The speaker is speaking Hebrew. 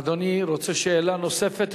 אדוני רוצה שאלה נוספת?